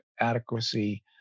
adequacy